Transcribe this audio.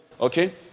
Okay